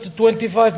25